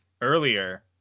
earlier